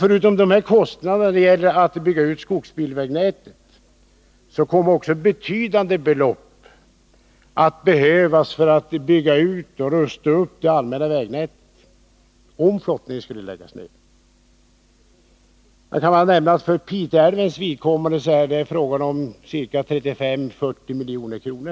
Förutom kostnaderna för att bygga ut skogsbilvägnätet kommer också betydande belopp att behövas för att bygga ut och rusta upp det allmänna vägnätet, om flottningen skulle läggas ned. Jag kan nämna att det för Pite älvs vidkommande rör sig om 35-40 milj.kr.